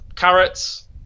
Carrots